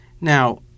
Now